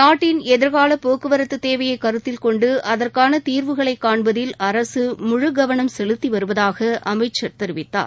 நாட்டின் எதிர்கால போக்குவரத்து தேவையை கருத்தில் கொண்டு அகற்கான தீர்வுகளை காண்பதில் அரசு முழு கவனம் செலுத்தி வருவதாக அமைச்சர் தெரிவித்தார்